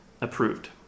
approved